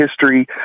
history